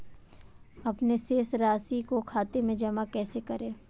अपने शेष राशि को खाते में जमा कैसे करें?